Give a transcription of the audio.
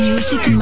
Music